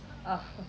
ah okay